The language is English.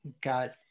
got